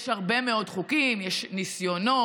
יש הרבה מאוד חוקים, יש ניסיונות,